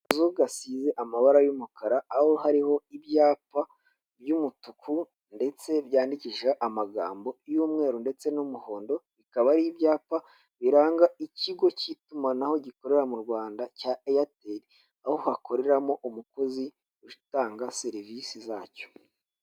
Akazu gasize amabara y'umukara aho hariho ibyapa by'umutuku ndetse byandikishijeho amagambo y'umweru ndetse n'umuhondo; bikaba ari ibyapa biranga ikigo cy'itumanaho gikorera mu Rwanda cya eyateri, aho hakoreramo umukozi utanga serivisi zacyo.